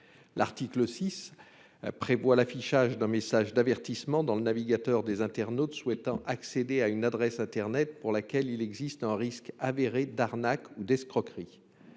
de loi prévoit l’affichage d’un message d’avertissement dans le navigateur des internautes souhaitant accéder à une adresse internet pour laquelle il existe un risque avéré d’arnaque ou d’escroquerie.